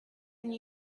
and